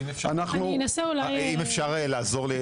אם אפשר לעזור.